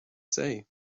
say